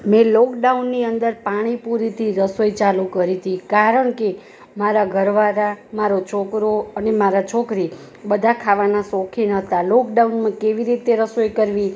મેં લોકડાઉનની અંદર પાણીપુરીથી રસોઈ ચાલુ કરી હતી કારણ કે મારા ઘરવાળા મારો છોકરો અને મારા છોકરી બધા ખાવાના શોખીન હતા લોકડાઉનમાં કેવી રીતે રસોઈ કરવી